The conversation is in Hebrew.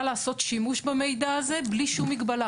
לעשות שימוש במידע הזה בלי שום מגבלה.